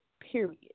period